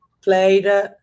played